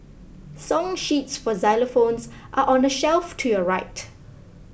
song sheets for xylophones are on the shelf to your right